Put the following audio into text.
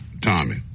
Tommy